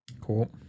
cool